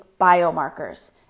biomarkers